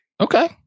Okay